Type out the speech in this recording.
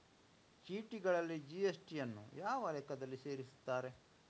ಚೀಟಿಗಳಲ್ಲಿ ಜಿ.ಎಸ್.ಟಿ ಯನ್ನು ಯಾವ ಲೆಕ್ಕದಲ್ಲಿ ಸೇರಿಸುತ್ತಾರೆ?